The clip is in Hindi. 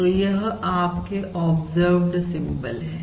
तो यह आपके ऑब्जर्व्ड सिंबल है